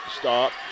Stop